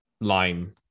line